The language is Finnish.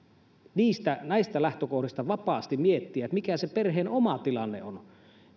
näistä lähtökohdista vapaasti miettiä mikä se perheen oma tilanne on